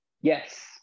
Yes